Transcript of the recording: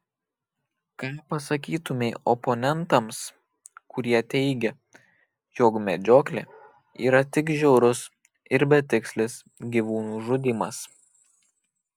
ką pasakytumei oponentams kurie teigia jog medžioklė yra tik žiaurus ir betikslis gyvūnų žudymas